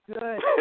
good